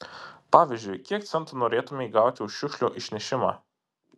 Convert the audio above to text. pavyzdžiui kiek centų norėtumei gauti už šiukšlių išnešimą